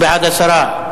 הוא בעד הסרה.